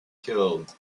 killed